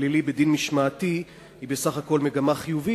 הפלילי בדין משמעתי היא בסך הכול מגמה חיובית,